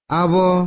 abo